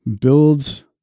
Builds